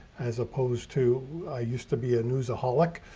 as opposed to i used to be a news, a holic,